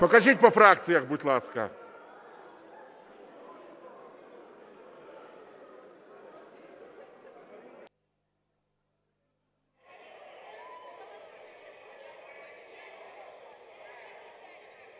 Покажіть по фракціях, будь ласка.